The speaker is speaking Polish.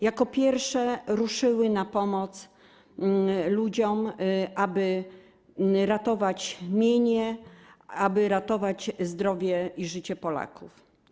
Jako pierwsze ruszyły na pomoc ludziom, aby ratować mienie, ratować zdrowie i życie Polaków.